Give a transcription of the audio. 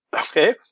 Okay